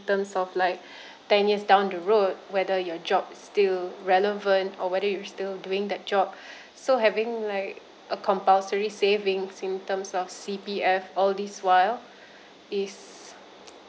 terms of like ten years down the road whether your job still relevant or whether you're still doing that job so having like a compulsory saving in terms of C_P_F all this while is